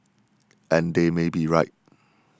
and they may be right